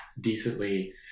decently